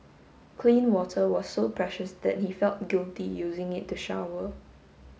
clean water was so precious that he felt guilty using it to shower